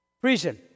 prison